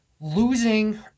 losing